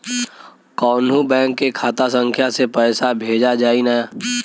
कौन्हू बैंक के खाता संख्या से पैसा भेजा जाई न?